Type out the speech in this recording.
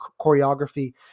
choreography